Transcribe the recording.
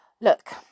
Look